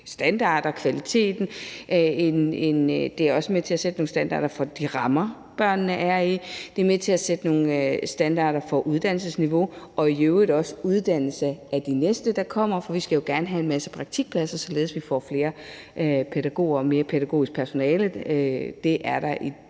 standard og kvalitet, og det er også med til at sætte en standard for de rammer, børnene er i, det er med til at sætte nogle standarder for uddannelsesniveau og i øvrigt også uddannelse af de næste, der kommer, for vi skal jo gerne have en masse praktikpladser, således at vi får flere pædagoger og mere pædagogisk personale, for det er der i